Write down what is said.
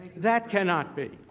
that cannot be.